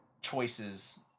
choices